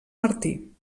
martí